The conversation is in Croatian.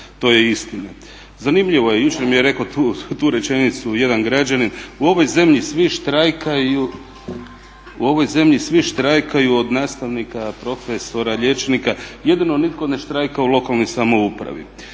to je istina. Zanimljivo je, jučer mi je rekao tu rečenicu jedan građanin, u ovoj zemlji svi štrajkaju od nastavnika, profesora, liječnika, jedino nitko ne štrajka u lokalnoj samoupravi.